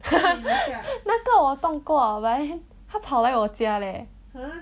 那个我动过 but then 它跑来我家 leh